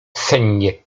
sennie